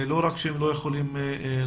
לא רק שהם לא יכולים לעבור.